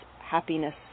happiness